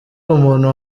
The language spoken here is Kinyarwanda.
umuntu